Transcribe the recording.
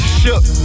shook